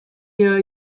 dio